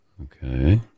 Okay